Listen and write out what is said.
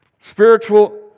Spiritual